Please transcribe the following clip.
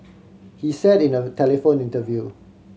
he said in a telephone interview